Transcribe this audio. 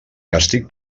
càstig